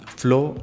flow